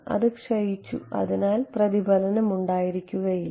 അത് ക്ഷയിച്ചു അതിനാൽ പ്രതിഫലനം ഉണ്ടായിരിക്കുകയില്ല